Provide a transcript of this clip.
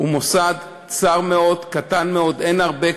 הוא מוסד צר מאוד, קטן מאוד, אין הרבה כאלה,